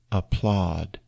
applaud